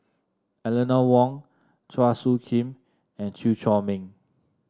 Eleanor Wong Chua Soo Khim and Chew Chor Meng